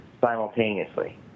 simultaneously